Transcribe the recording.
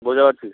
ବହୁତ ଯାଗା ଅଛି